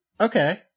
Okay